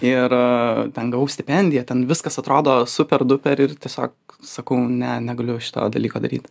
ir ten gavau stipendiją ten viskas atrodo super duper ir tiesiog sakau ne negaliu šito dalyko daryt